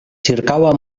ĉirkaŭa